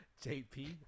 JP